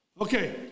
Okay